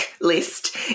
list